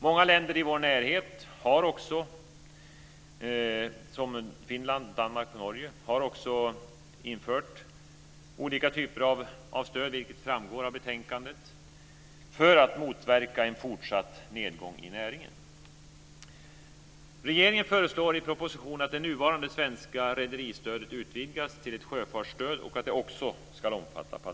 Många länder i vår närhet - Finland, Danmark och Norge - har också infört olika typer av stöd, vilket framgår av betänkandet, för att motverka en fortsatt nedgång i näringen.